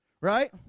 right